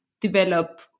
develop